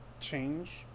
change